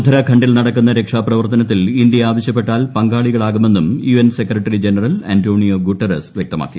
ഉത്തരാഖണ്ഡിൽ നടക്കുന്ന രക്ഷാപ്രവർത്തനത്തിൽപ്പ് ഇന്ത്യ ആവശ്യപ്പെട്ടാൽ പങ്കാളികളാകുമെന്നും U N secretary general Antonio Guterres വ്യക്തമാക്കി